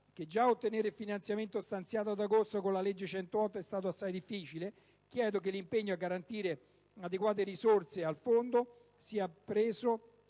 che già ottenere il finanziamento stanziato con la legge n. 108 è stato assai difficile, chiedo che l'impegno a garantire adeguate risorse al Fondo sia